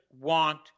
want